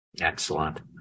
Excellent